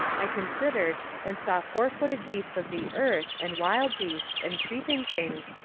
i considered, and saw fourfooted beasts of the earth, and wild beasts, and creeping things,